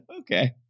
Okay